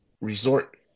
resort